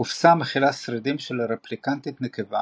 הקופסה מכילה שרידים של רפליקנטית נקבה